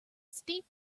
steep